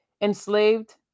Enslaved